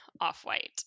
off-white